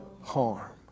harm